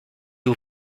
aux